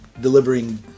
delivering